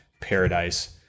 paradise